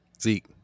Zeke